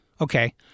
Okay